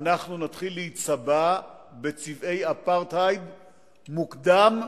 שאנחנו נתחיל להיצבע בצבעי אפרטהייד מוקדם,